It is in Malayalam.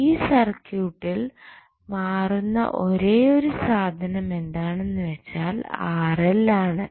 ഈ സർക്യൂട്ടിൽ മാറുന്ന ഒരേയൊരു സാധനം എന്താണെന്ന് വെച്ചാൽ ആണ്